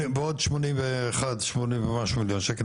בעוד 81 מיליון שקל.